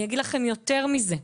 יותר מזה,